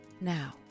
Now